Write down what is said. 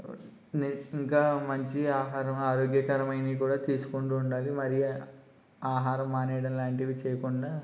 ఇంకా మంచి ఆహారం ఆరోగ్యకరమైనవి కూడా తీసుకుంటూ ఉండాలి మరి ఆహారం మానేయడం లాంటివి చేయకుండా